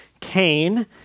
Cain